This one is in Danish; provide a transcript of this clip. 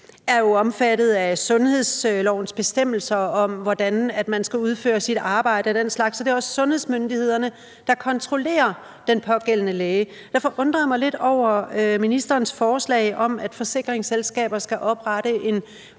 er jo omfattet af sundhedslovens bestemmelser om, hvordan man skal udføre sit arbejde og den slags, og det er også sundhedsmyndighederne, der kontrollerer den pågældende læge. Derfor undrer jeg mig lidt over ministerens forslag om, at forsikringsselskaber skal oprette en